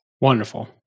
Wonderful